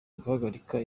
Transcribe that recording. guhagarika